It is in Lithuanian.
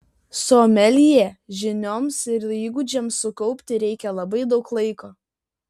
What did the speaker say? someljė žinioms ir įgūdžiams sukaupti reikia labai daug laiko